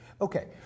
Okay